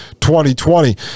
2020